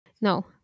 no